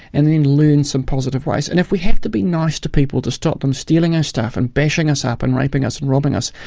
and then learn some positive ways. and if we have to be nice to people to stop them stealing our stuff and bashing us up and raping us and robbing us,